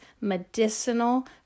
medicinal